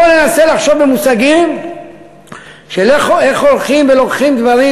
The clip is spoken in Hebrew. בואו וננסה לחשוב במושגים של איך הולכים ולוקחים דברים